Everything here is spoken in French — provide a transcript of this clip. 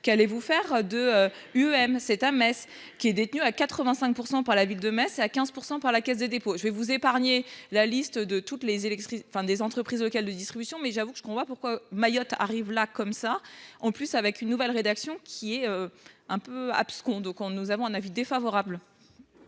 qu'allez-vous faire de. UEM à Metz qui est détenu à 85% par la ville de Metz à 15% par la Caisse des dépôts, je vais vous épargner la liste de toutes les électrices enfin des entreprises locales de distribution mais j'avoue que ce voit pourquoi Mayotte arrive là comme ça en plus avec une nouvelle rédaction qui est. Un peu abscons. Donc on nous avons un avis défavorable.